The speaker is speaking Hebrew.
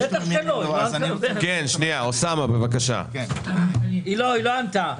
היא לא ענתה.